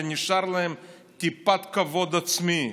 נשארה להם טיפת כבוד עצמי,